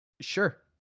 Sure